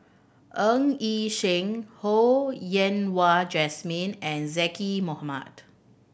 Ng Yi Sheng Ho Yen Wah Jesmine and Zaqy Mohamad